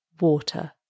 water